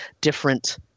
different